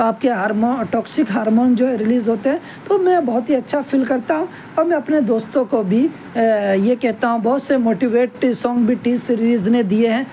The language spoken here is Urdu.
تو آپ کے ہارمو ٹوکسک ہارمونز جو ہیں ریلیز ہوتے ہیں تو میں بہت ہی اچھا فیل کرتا ہوں اور میں اپنے دوستوں کو بھی یہ کہتا ہوں بہت سے موٹیویٹیو سونگ ٹی سیریز ںے دیے ہیں